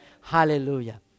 Hallelujah